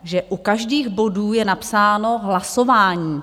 Že u každého bodu je napsáno hlasování.